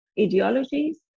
ideologies